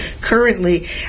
currently